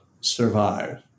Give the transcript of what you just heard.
survive